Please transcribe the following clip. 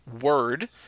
word